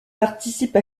participe